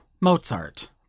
Mozart